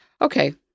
Okay